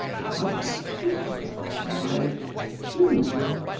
brother, sister, wife, children,